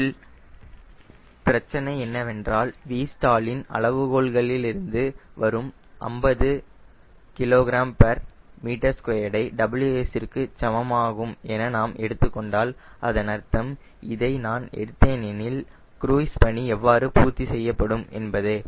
இதில் பிரச்சினை என்னவென்றால் VStall இன் அளவுகோல்களிலிருந்து வரும் 50 kgm2 ஐ WS ற்கு சமமாகும் என எடுத்துக்கொண்டால் அதன் அர்த்தம் இதை நான் எடுத்தேன் எனில் க்ரூய்ஸ் பணி எவ்வாறு பூர்த்தி செய்யப்படும் என்பதே